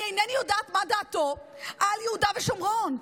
אני אינני יודעת מה דעתו על יהודה ושומרון,